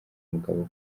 umugabo